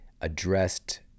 addressed